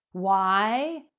why?